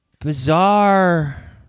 bizarre